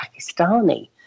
Pakistani